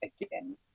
again